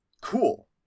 cool